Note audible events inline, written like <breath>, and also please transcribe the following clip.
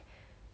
<breath>